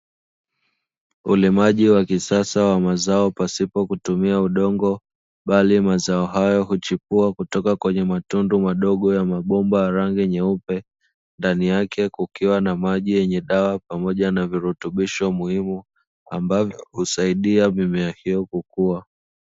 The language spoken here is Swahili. Ulimaji wa kisasa wa mazao pasipo kutumia udongo, bali mazao hayo huchipua kutoka kwenye matundu madogo ya mabomba ya rangi nyeupe ndani yake, kukiwa na maji yenye dawa pamoja na virutubisho muhimu ambavyo husaidia mimea hiyo kukua.